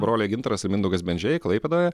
broliai gintaras ir mindaugas bendžiai klaipėdoje